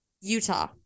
Utah